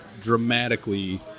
dramatically